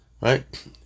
Right